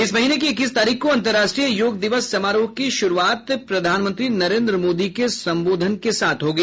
इस महीने की इक्कीस तारीख को अंतर्राष्ट्रीय योग दिवस समारोह की शुरूआत प्रधानमंत्री नरेन्द्र मोदी के संदेश के साथ होगी